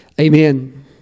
Amen